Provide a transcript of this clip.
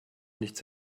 nichts